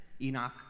Enoch